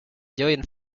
joint